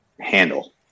handle